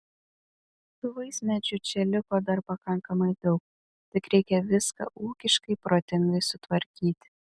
tų vaismedžių čia liko dar pakankamai daug tik reikia viską ūkiškai protingai sutvarkyti